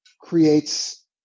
creates